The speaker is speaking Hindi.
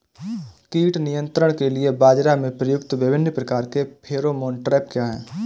कीट नियंत्रण के लिए बाजरा में प्रयुक्त विभिन्न प्रकार के फेरोमोन ट्रैप क्या है?